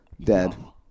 dead